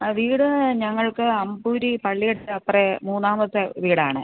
ആ വീട് ഞങ്ങൾക്ക് അമ്പൂരി പള്ളീടെയപ്പുറം മൂന്നാമത്തെ വീടാണ്